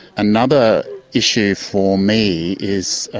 another issue for me is